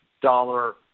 Dollar